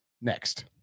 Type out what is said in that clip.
next